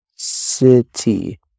City